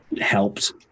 helped